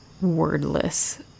wordless